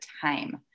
time